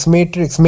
Matrix